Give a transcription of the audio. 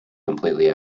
completely